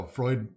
Freud